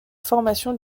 formation